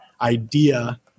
idea